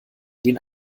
den